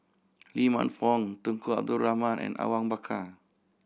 Lee Man Fong Tunku Abdul Rahman and Awang Bakar